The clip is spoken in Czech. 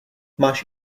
máš